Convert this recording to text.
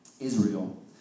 Israel